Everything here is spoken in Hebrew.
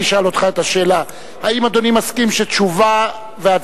אני אשאל אותך את השאלה: האם אדוני מסכים שתשובה והצבעה,